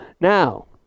Now